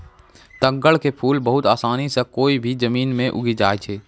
तग्गड़ के फूल बहुत आसानी सॅ कोय भी जमीन मॅ उगी जाय छै